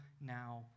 now